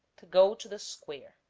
to go to the square.